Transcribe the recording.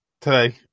today